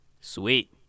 Sweet